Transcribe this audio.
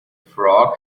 frog